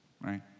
right